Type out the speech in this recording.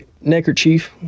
neckerchief